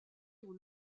aux